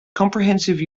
comprehensive